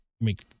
make